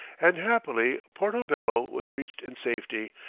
and happily porto-bello was reached in safety,